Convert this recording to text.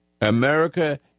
America